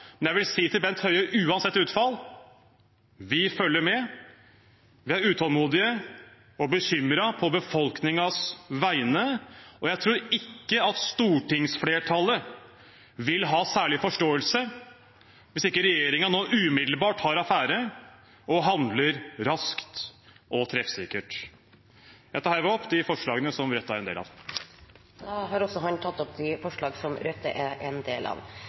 Men jeg vil si til Bent Høie, uansett utfall: Vi følger med, vi er utålmodige og bekymret på befolkningens vegne, og jeg tror ikke at stortingsflertallet vil ha særlig forståelse hvis ikke regjeringen nå umiddelbart tar affære og handler raskt og treffsikkert. Ambulanseflyene er en viktig del av helseberedskapen i Norge. Spesielt i Nord-Norge er